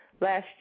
last